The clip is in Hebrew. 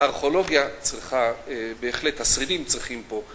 הארכיאולוגיה צריכה, בהחלט, השרידים צריכים פה